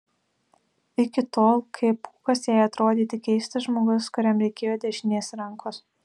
iki tol k pūkas jai atrodė tik keistas žmogus kuriam reikėjo dešinės rankos